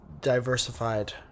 diversified